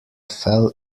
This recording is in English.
fell